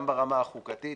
גם ברמה החוקתית